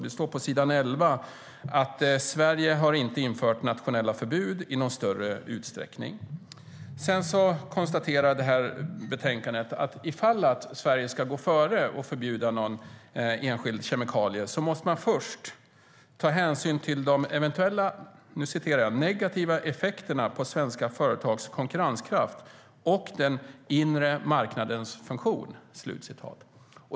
Det står på s. 11 att Sverige inte har infört nationella förbud i någon större utsträckning. Sedan konstaterar man i betänkandet att ifall Sverige ska gå före och förbjuda någon enskild kemikalie måste man först ta hänsyn till "de eventuella negativa effekterna på svenska företags konkurrenskraft och den inre marknadens funktion".